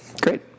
Great